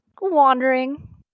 wandering